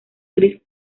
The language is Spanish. gris